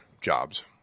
jobs